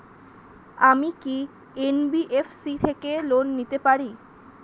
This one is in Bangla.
আমি কি এন.বি.এফ.সি থেকে লোন নিতে পারি?